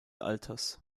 alters